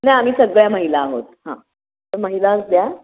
नाही आम्ही सगळ्या महिला आहोत हां तर महिलाच द्या